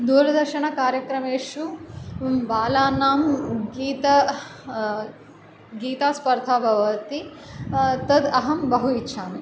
दूरदर्शनकार्यक्रमेषु बालानां गीत गीतास्पर्धा भवति तद् अहं बहु इच्छामि